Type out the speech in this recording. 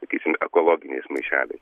sakysim ekologiniais maišeliais